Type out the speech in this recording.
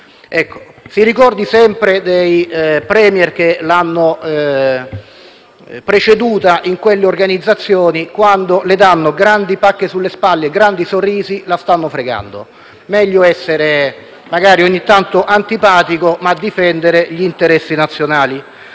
Si ricordi sempre dei *Premier* che l'hanno preceduta in quelle organizzazioni: quando le danno grandi pacche sulle spalle e sorrisi, la stanno fregando. Meglio essere antipatico ogni tanto, ma difendere gli interessi nazionali.